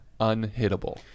unhittable